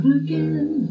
again